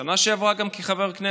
ובשנה שעברה, גם כחבר כנסת.